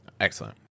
Excellent